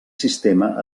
sistema